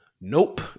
Nope